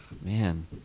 Man